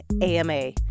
AMA